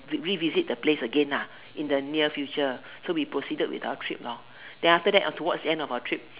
revisit the place again lah in the near future so we proceeded with our trip loh then after that towards the ends of our trips